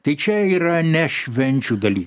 tai čia yra ne švenčių daly